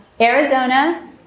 Arizona